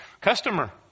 customer